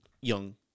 young